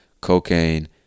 cocaine